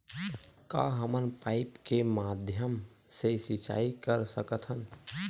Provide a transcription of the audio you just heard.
का हमन पाइप के माध्यम से सिंचाई कर सकथन?